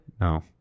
No